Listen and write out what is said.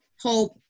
Hope